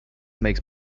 makes